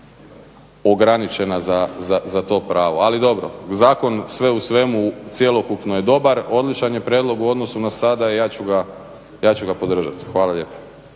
ograničena za to pravo ali dobro. Zakon sve u svemu cjelokupno je dobar, odličan je prijedlog u odnosu na sada i ja ću ga podržati. Hvala lijepo.